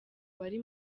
bari